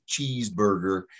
cheeseburger